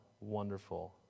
wonderful